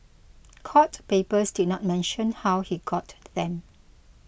court papers did not mention how he got them